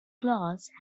claws